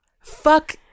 fuck